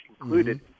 included